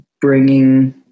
bringing